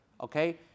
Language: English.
Okay